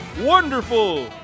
Wonderful